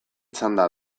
txanda